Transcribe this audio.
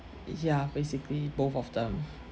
ya basically both of them